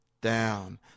down